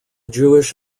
jewish